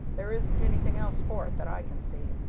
there isn't anything else for it that i can see.